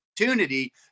opportunity